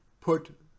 put